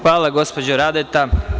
Hvala, gospođo Radeta.